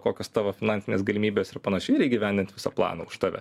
kokios tavo finansinės galimybės ir panašiai ir įgyvendinti viso plano už tave